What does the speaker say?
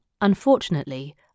Unfortunately